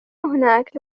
هناك